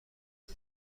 است